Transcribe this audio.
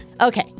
Okay